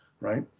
right